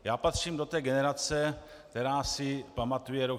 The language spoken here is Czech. Já patřím do té generace, která si pamatuje rok 1968.